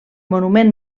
monument